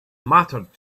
mattered